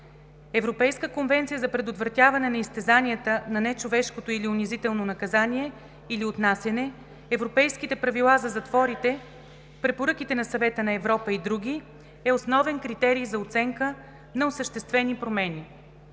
Европейската конвенция за предотвратяване на изтезанията и нечовешкото или унизително отнасяне или наказание, Европейските правила за затворите, препоръките на Съвета на Европа и други, е основен критерий за оценка на осъществени промени.